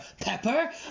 Pepper